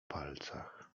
palcach